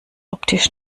optisch